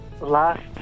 last